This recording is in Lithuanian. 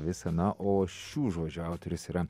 visa na o šių žodžių autorius yra